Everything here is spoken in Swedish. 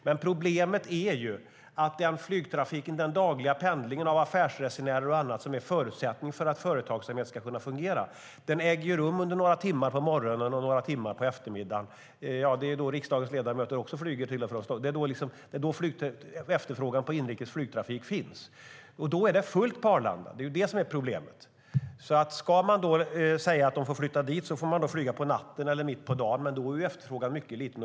Men den dagliga pendlingen av affärsresenärer och andra, som är en förutsättning för att företagsamheten ska fungera, äger rum under några timmar på morgonen och eftermiddagen. Då flyger även riksdagens ledamöter till och från Stockholm. Det är då efterfrågan på inrikes flygtrafik finns, och då är det fullt på Arlanda. Det är problemet. Ska verksamheten flyttas till Arlanda får man alltså flyga på natten eller mitt på dagen, men då är efterfrågan mycket liten.